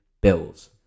Bills